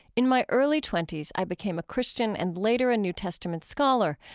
in my early twenty s i became a christian and later a new testament scholar,